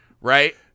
right